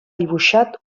dibuixat